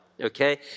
okay